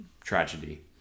tragedy